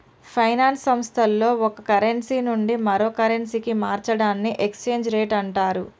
finance సంస్థల్లో ఒక currency నుండి మరో కరెన్సీకి మార్చడాన్ని ఎక్స్చేంజ్ రేట్ అంటరు